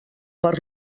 per